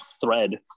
thread